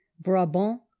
Brabant